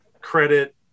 credit